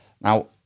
now